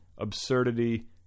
absurdity